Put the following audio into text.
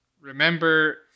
remember